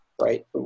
right